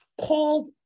called